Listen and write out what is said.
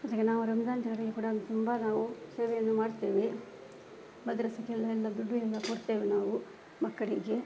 ಈಚೆಗೆ ನಾವು ರಂಜಾನ್ ಟೈಮಲ್ಲಿ ಕೂಡ ತುಂಬ ನಾವು ಸೇವೆಯನ್ನು ಮಾಡ್ತೇವೆ ಮದ್ರಸಾಗೆಲ್ಲ ಎಲ್ಲ ದುಡ್ಡು ಎಲ್ಲ ಕೊಡ್ತೇವೆ ನಾವು ಮಕ್ಕಳಿಗೆ